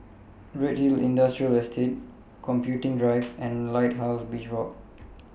Redhill Industrial Estate Computing Drive and Lighthouse Beach Walk